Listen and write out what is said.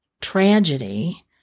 tragedy